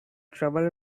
trouble